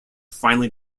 finally